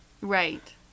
right